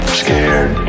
scared